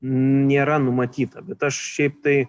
nėra numatyta bet aš šiaip tai